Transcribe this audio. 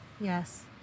Yes